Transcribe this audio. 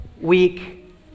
week